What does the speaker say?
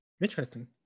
Interesting